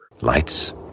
Lights